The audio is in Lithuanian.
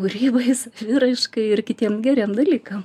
kūrybai saviraiškai ir kitiem geriem dalykam